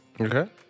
Okay